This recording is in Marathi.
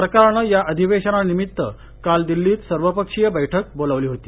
सरकारनं या अधिवेशनानिमित्त काल दिल्लीत सर्वपक्षीय बैठक बोलावली होती